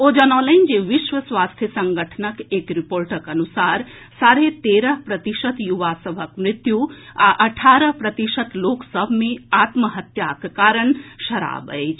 ओ जनौलनि जे विश्व स्वास्थ्य संगठनक एक रिपोर्टक अनुसार साढ़े तेरह प्रतिशत युवा सभक मृत्यु आ अठारह प्रतिशत लोक सभ मे आत्महत्याक कारण शराब अछि